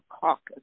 caucus